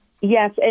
yes